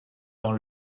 dans